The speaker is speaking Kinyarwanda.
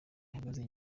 ihagaze